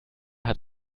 hat